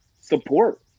support